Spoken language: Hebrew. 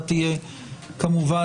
כשיש דד ליין,